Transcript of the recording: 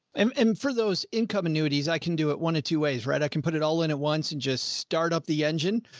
um and for those income annuities, i can do it one of two ways, right? i can put it all in at once and just start up the engine.